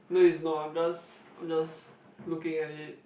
no it's not I'm just I'm just looking at it